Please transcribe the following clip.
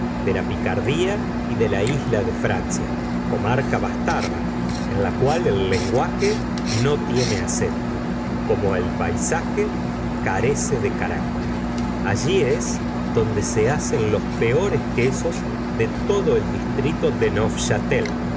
de la picardía y de la isla de francia comarca bastarda en la cual el lenguaje no tiene acento como el paisaje carece de caracter allí es donde se hacen los peores quesos de todo el distrito de